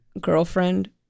Girlfriend